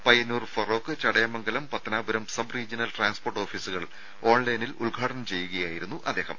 Payyanur Feroke Chadayamangalam Pathanapuram sub regional transport ഓഫീസുകൾ ഓൺലൈനായി ഉദ്ഘാടനം ചെയ്യുകയായിരുന്നു അദ്ദേഹം